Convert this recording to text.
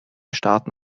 starten